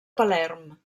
palerm